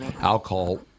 alcohol